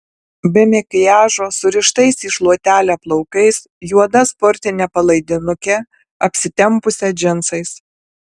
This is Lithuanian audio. be makiažo surištais į šluotelę plaukais juoda sportine palaidinuke apsitempusią džinsais